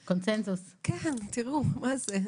הקונצנזוס, תראו מה זה.